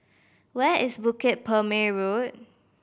where is Bukit Purmei Road